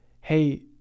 hey